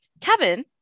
Kevin